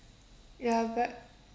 ya but